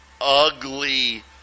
ugly